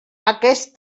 aquest